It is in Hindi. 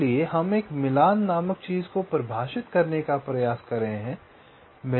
इसलिए हम एक मिलान नामक चीज़ को परिभाषित करने का प्रयास कर रहे हैं